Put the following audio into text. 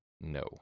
No